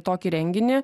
tokį renginį